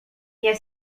nie